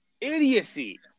idiocy